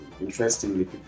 interestingly